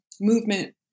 movement